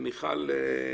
מיכל רוזין,